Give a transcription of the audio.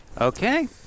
Okay